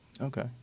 Okay